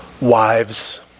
Wives